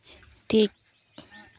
ᱴᱷᱤᱠ